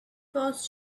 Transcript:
post